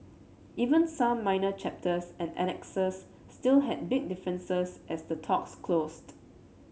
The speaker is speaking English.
even some minor chapters and annexes still had big differences as the talks closed